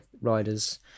riders